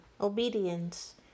obedience